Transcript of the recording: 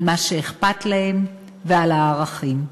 על מה שאכפת להם ועל הערכים.